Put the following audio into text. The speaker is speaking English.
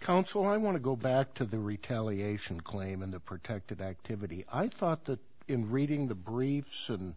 counsel i want to go back to the retaliation claim in the protected activity i thought that in reading the briefs and